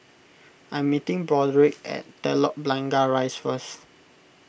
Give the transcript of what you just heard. I'm meeting Broderick at Telok Blangah Rise first